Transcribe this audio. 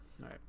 Right